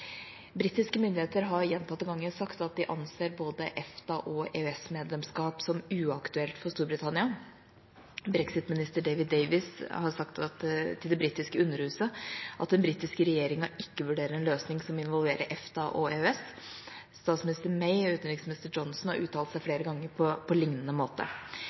Britiske myndigheter har gjentatte ganger sagt at de anser både EFTA- og EØS-medlemskap som uaktuelt for Storbritannia. Brexit-minister David Davis har sagt til det britiske Underhuset at den britiske regjeringa ikke vurderer en løsning som involverer EFTA og EØS. Statsminister May og utenriksminister Johnson har flere ganger uttalt seg på lignende måte.